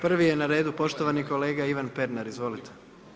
Prvi je neredu poštovani kolega Ivan Pernar, izvolite.